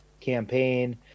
campaign